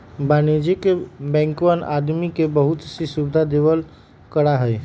वाणिज्यिक बैंकवन आदमी के बहुत सी सुविधा देवल करा हई